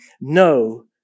no